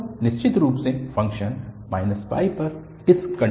तो निश्चित रूप से फ़ंक्शन पर डिसकन्टिन्यूअस है